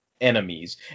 enemies